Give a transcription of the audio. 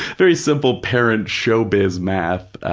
very simple parent-showbiz math,